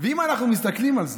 ואם אנחנו מסתכלים על זה,